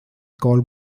call